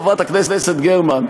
חברת הכנסת גרמן,